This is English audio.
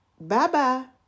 Bye-bye